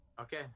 Okay